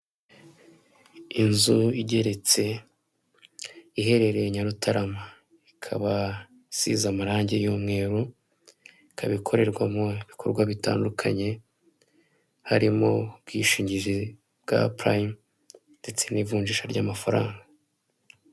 Inzu igeretse iherereye Nyarutarama ikaba isize amarangi y'umweru, ikaba ikorerwamo ibikorwa bitandukanye harimo ubwishingizi bwa purayimu ndetse n'ivunjisha ry'amafaranga.